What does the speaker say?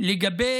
זו מטרה